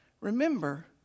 Remember